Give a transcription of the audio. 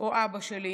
או אבא שלי,